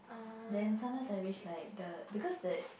then sometimes I wish like the because that